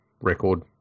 record